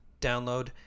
download